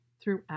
throughout